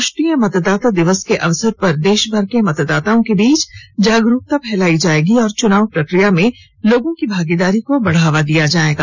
राष्ट्रीय मतदाता दिवस के अवसर पर देशभर के मतदाताओं के बीच जागरूकता फैलाई जायेगी और चुनाव प्रक्रिया में लोगों की भागीदारी को बढ़ावा दिया जायेगा